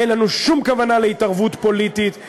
אין לנו שום כוונה להתערבות פוליטית.